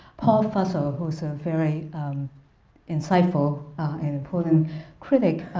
paul fussell who's a very insightful and important critic,